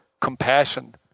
compassion